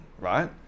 right